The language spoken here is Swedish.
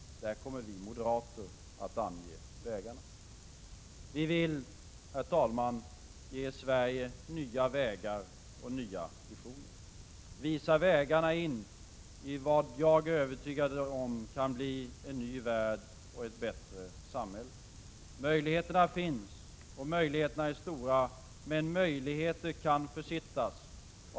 Där kommer vi moderater att ange vägarna. Vi vill, herr talman, ge Sverige nya vägar och nya visioner samt visa vägarna in i vad jag är övertygad om kan bli en ny värld och ett bättre samhälle. Möjligheterna finns — och de är stora. Men möjligheter kan försittas.